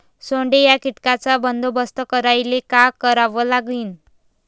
सोंडे या कीटकांचा बंदोबस्त करायले का करावं लागीन?